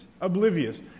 oblivious